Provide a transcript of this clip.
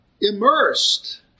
immersed